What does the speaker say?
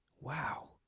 Wow